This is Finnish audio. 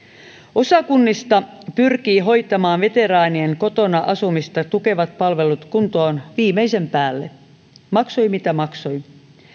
osa kunnista pyrkii hoitamaan veteraanien kotona asumista tukevat palvelut kuntoon viimeisen päälle maksoi mitä maksoi